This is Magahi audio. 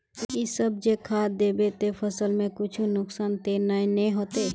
इ सब जे खाद दबे ते फसल में कुछ नुकसान ते नय ने होते